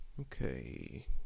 Okay